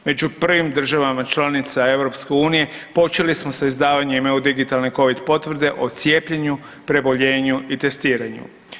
Među prvim državama članicama EU-a počeli smo sa izdavanjem EU digitalne COVID potvrde o cijepljenju, preboljenju i testiranju.